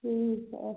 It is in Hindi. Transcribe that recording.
ठीक अच्